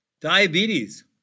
diabetes